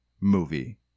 movie